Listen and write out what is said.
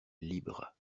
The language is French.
libres